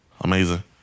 Amazing